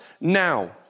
now